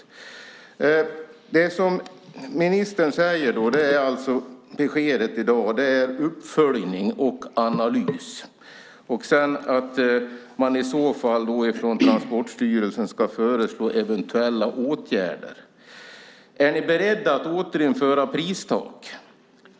Beskedet från ministern i dag handlar alltså om uppföljning och analys och att man i så fall från Transportstyrelsen ska föreslå eventuella åtgärder. Är ni beredda att återinföra pristak?